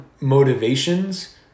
motivations